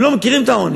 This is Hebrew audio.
הם לא מכירים את העוני.